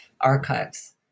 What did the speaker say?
archives